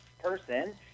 person